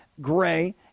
gray